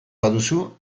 baduzu